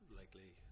likely